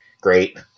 Great